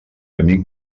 amic